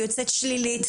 ויוצאת שלילית.